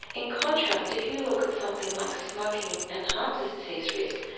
in contrast if you look at something like smoking and heart disease risk,